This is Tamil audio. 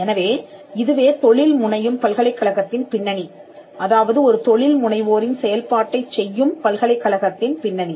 எனவே இதுவே தொழில் முனையும் பல்கலைக்கழகத்தின் பின்னணி அதாவது ஒரு தொழில்முனைவோரின் செயல்பாட்டைச் செய்யும் பல்கலைக்கழகத்தின் பின்னணி